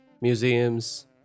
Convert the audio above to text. museums